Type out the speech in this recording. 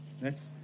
Next